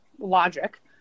logic